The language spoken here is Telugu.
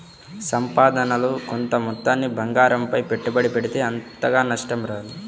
సంపాదనలో కొంత మొత్తాన్ని బంగారంపై పెట్టుబడి పెడితే అంతగా నష్టం రాదు